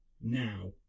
now